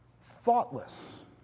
Thoughtless